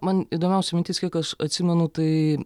man įdomiausia mintis kiek aš atsimenu tai